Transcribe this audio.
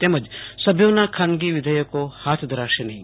તેમજ સભ્યોના ખાનગી વિધયકો હાથ ધરાશે નહીં